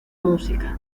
música